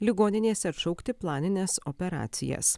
ligoninėse atšaukti planines operacijas